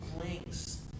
Links